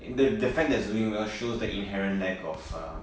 the the fact that she is doing well shows the inherent lack of uh